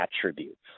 attributes